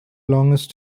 longest